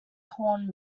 horn